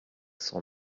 cent